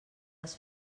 els